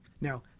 Now